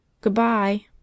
Goodbye